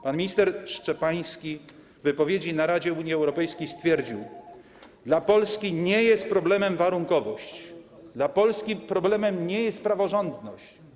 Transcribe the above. Pan minister Szczepański w wypowiedzi na posiedzeniu Rady stwierdził: Dla Polski nie jest problemem warunkowość, dla Polski problemem nie jest praworządność.